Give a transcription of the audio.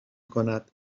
کند